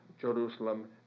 Jerusalem